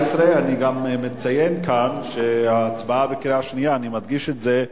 19. אני גם מציין כאן שההצבעה בקריאה שנייה אני מדגיש את זה,